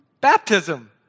baptism